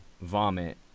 vomit